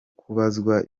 kubazwa